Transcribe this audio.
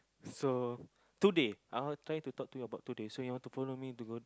so today I'll trying to talk to you about today so you want to follow me to go